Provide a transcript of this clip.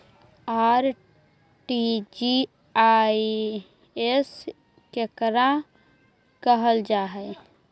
RTGS केकरा कहल जा है?